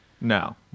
No